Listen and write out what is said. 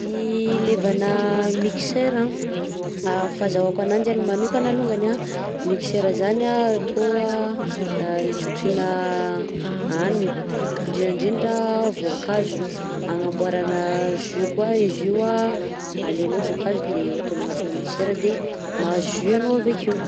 Ny ilaivana mixeur anh fahazahoako ananjy al- manokana alongany anh, mixeur zany anh atao anh hitrotriana hanina indrindrandrindra voankazo, hagnamboaragna jus koa izy io anh, alainao voankazo de ataonao agnatinà mixeur de mahazo jus anao avy akeo.